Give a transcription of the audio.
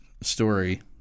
story